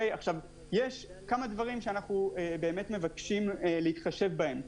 יש כמה דברים שאנחנו באמת מבקשים להתחשב בהם.